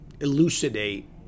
elucidate